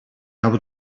able